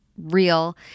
real